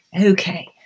Okay